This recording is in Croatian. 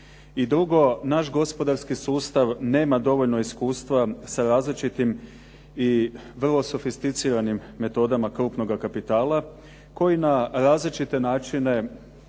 I drugo, naš gospodarski sustav nema dovoljno iskustva sa različitim i vrlo sofisticiranim metodama krupnoga kapitala koji na različite načine